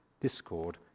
discord